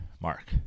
Mark